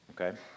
Okay